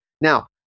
Now